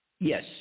Yes